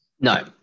No